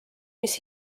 mis